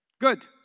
Good